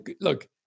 Look